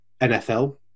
NFL